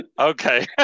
Okay